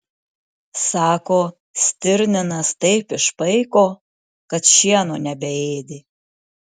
sako stirninas taip išpaiko kad šieno nebeėdė